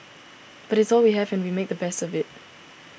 but it's all we have and we make the best of it